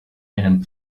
and